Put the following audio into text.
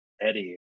Eddie